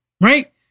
Right